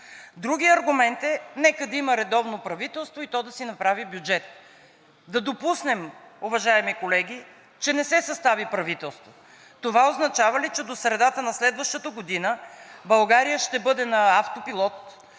Другият аргумент е, нека да има редовно правителство и то да си направи бюджет. Уважаеми колеги, да допуснем, че не се състави правителство, това означава ли, че до средата на следващата година България ще бъде на автопилот,